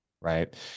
Right